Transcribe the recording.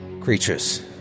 creatures